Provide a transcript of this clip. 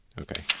Okay